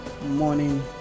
morning